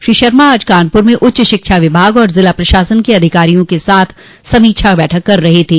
श्री शर्मा आज कानप्र में उच्च शिक्षा विभाग और जिला प्रशासन के अधिकारियों के साथ समीक्षा बैठक कर रहे थे